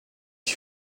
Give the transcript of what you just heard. fit